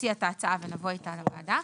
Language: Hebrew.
יציע את ההצעה ונבוא איתה לוועדה.